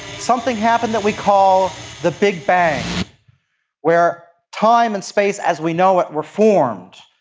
something happened that we call the big bang where time and space as we know it were formed.